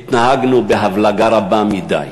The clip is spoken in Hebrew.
התנהגנו בהבלגה רבה מדי: